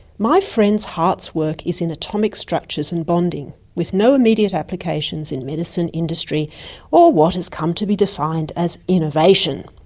my friend's heart's work is in atomic structures and bonding, with no immediate applications in medicine, industry or what has come to be defined as innovation.